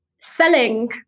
selling